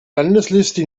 landesliste